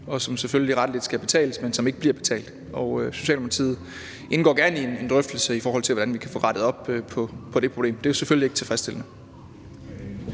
som selvfølgelig rettelig skal betales, men som ikke bliver betalt. Socialdemokratiet indgår gerne i en drøftelse om, hvordan vi kan få rettet op på det problem, for det er jo selvfølgelig ikke tilfredsstillende.